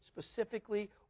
specifically